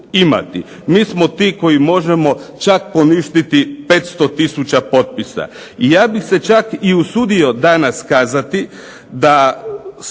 Mi smo ti koji možemo čak poništiti 500 tisuća potpisa. Ja bih se čak i usudio danas kazati da